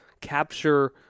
capture